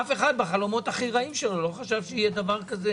אף אחד בחלומות הכי רעים שלו לא חשב שיהיה דבר כזה,